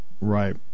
right